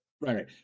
Right